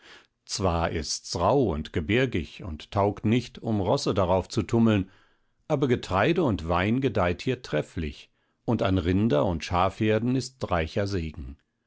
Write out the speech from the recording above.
zwar ist's rauh und gebirgig und taugt nicht um rosse darauf zu tummeln aber getreide und wein gedeiht hier trefflich und an rinder und schafherden ist ein reicher segen